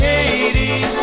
Katie